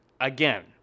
again